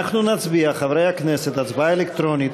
אנחנו נצביע, חברי הכנסת, הצבעה אלקטרונית